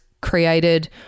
created